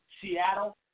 Seattle